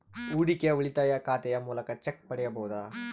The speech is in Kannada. ಹೂಡಿಕೆಯ ಉಳಿತಾಯ ಖಾತೆಯ ಮೂಲಕ ಚೆಕ್ ಪಡೆಯಬಹುದಾ?